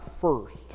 first